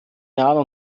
jahren